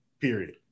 period